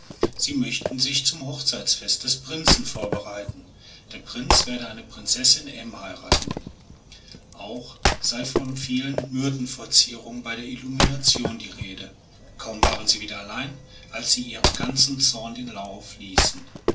sie möchten sich zum hochzeitsfest des prinzen vorbereiten der prinz werde eine prinzessin m heiraten auch sei von vielen myrtenverzierungen bei der illumination die rede kaum waren sie wieder allein als sie ihrem ganzen zorn den lauf ließen